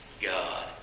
God